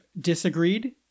disagreed